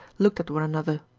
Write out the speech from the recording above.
looked at one another.